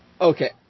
Okay